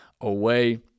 away